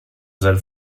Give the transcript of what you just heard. sein